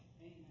Amen